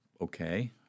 okay